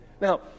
Now